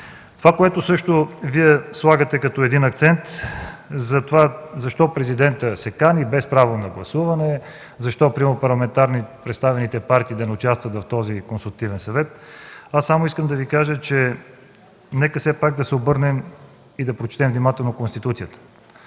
Това, което Вие също слагате като един акцент за това защо Президентът се кани без право на гласуване, защо примерно парламентарно представените партии да не участват в този Консултативен съвет, искам само да Ви кажа: нека все пак да се обърнем и да прочетем внимателно Конституцията,